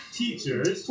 teachers